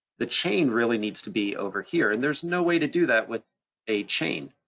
the chain really needs to be over here. and there's no way to do that with a chain.